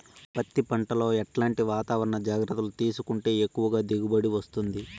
పత్తి పంట లో ఎట్లాంటి వాతావరణ జాగ్రత్తలు తీసుకుంటే ఎక్కువగా దిగుబడి వస్తుంది?